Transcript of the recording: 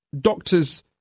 doctors